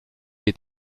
est